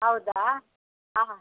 ಹೌದಾ ಆಂ